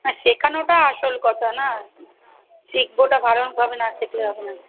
না শেখানোটা আসল কথা না শিখবটা ভালোভাবে না শিখলে হবে না